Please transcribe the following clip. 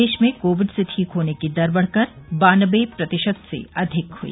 देश में कोविड से ठीक होने की दर बढ़कर बान्नबे प्रतिशत से अधिक हई